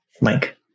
Mike